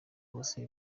bose